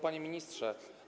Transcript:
Panie Ministrze!